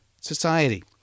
society